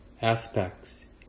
aspects